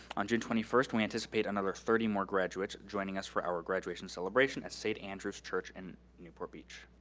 on june twenty first, we anticipate another thirty more graduates joining us for our graduation celebration at st. andrews church in newport beach.